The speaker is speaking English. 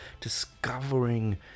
discovering